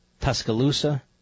Tuscaloosa